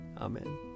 Amen